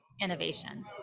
innovation